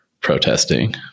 protesting